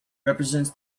represents